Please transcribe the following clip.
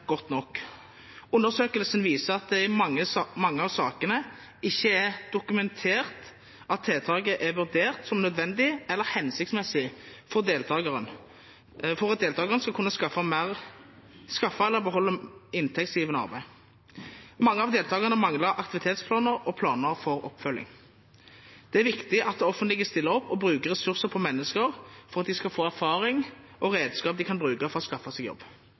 godt nok. Undersøkelsen viser at det i mange av sakene ikke er dokumentert at tiltaket er vurdert som nødvendig eller hensiktsmessig for at deltakeren skal kunne skaffe eller beholde inntektsgivende arbeid. Mange av deltakerne manglet aktivitetsplaner og planer for oppfølging. Det er viktig at det offentlige stiller opp og bruker ressurser på mennesker for at de skal få erfaring og redskap de kan bruke for å skaffe seg jobb,